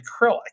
acrylic